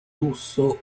lusso